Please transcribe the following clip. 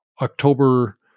October